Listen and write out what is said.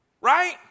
Right